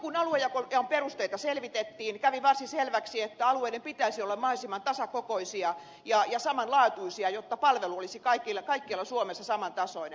silloin kun aluejaon perusteita selvitettiin kävi varsin selväksi että alueiden pitäisi olla mahdollisimman tasakokoisia ja samanlaatuisia jotta palvelu olisi kaikkialla suomessa samantasoinen